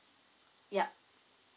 ya